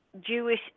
Jewish